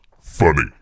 funny